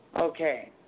Okay